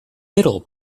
middle